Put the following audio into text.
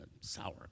sour